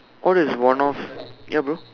what is one of ya bro